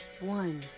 one